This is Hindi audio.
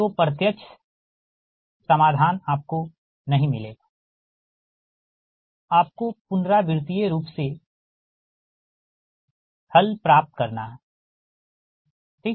तो प्रत्यक्ष हल आपको नहीं मिलेगा आपको पुनरावृतिय रूप से हल प्राप्त करना है ठीक